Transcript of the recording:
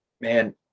man